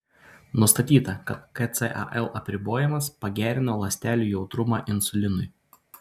nustatyta kad kcal apribojimas pagerino ląstelių jautrumą insulinui